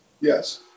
Yes